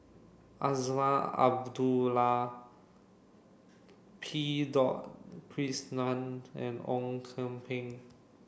Azman Abdullah P and Ong Kian Peng